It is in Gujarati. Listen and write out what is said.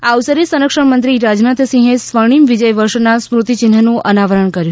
આ અવસરે સંરક્ષણમંત્રી રાજનાથસિંહે સ્વર્ણિમ વિજય વર્ષના સ્મૃતિ ચિન્હનું અનાવરણ કર્યું